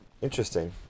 Interesting